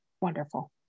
Wonderful